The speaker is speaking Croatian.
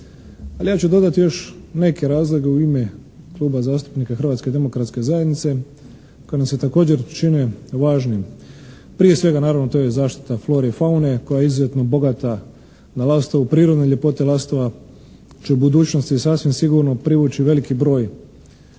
ali ja ću dodati još neke razloge u ime Kluba zastupnika Hrvatske demokratske zajednice koja nam se također čine važnim. Prije svega naravno to je zaštita flore i faune koja je izuzetno bogata na Lastovu. Prirodne ljepote Lastova će u budućnosti sasvim sigurno privući veliki broj